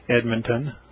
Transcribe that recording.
Edmonton